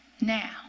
Now